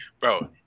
bro